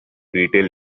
retail